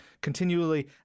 continually